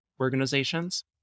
organizations